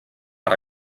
per